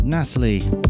Natalie